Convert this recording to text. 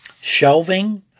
shelving